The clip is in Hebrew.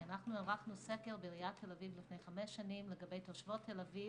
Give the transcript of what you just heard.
כי אנחנו ערכנו סקר בעיריית תל אביב לפני חמש שנים לגבי תושבות תל אביב.